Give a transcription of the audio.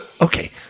Okay